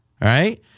right